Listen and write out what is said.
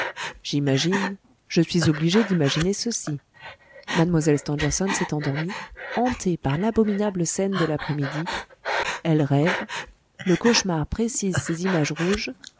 j'imagine je suis obligé d'imaginer ceci mlle stangerson s'est endormie hantée par l'abominable scène de l'aprèsmidi elle rêve le cauchemar précise ses images rouges